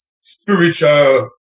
spiritual